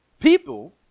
People